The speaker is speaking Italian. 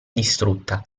distrutta